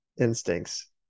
instincts